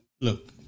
Look